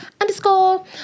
underscore